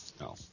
No